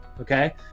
Okay